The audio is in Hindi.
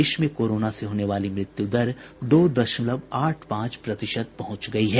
देश में कोरोना से होने वाली मृत्यु दर दो दशमलव आठ पांच प्रतिशत पहुंच गई है